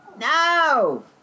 No